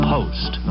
Post